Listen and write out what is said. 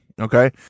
Okay